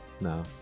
No